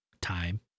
time